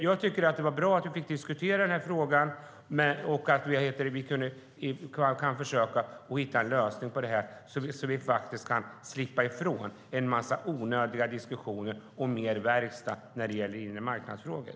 Jag tycker att det är bra att vi fick diskutera frågan och att vi kan försöka hitta en lösning på detta så att vi faktiskt kan slippa ifrån en massa onödiga diskussioner och ha mer verkstad när det gäller inremarknadsfrågor.